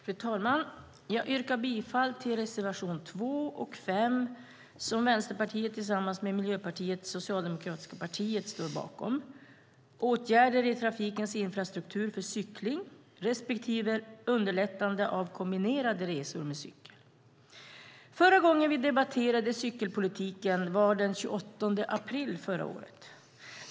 Fru talman! Jag yrkar bifall till reservationerna 2 och 5 som Vänsterpartiet står bakom tillsammans med Miljöpartiet och Socialdemokraterna, nämligen Åtgärder i trafikens infrastruktur för cykling och Underlättande av kombinerade resor med cykel. Förra gången vi debatterade cykelpolitiken var den 28 april förra året.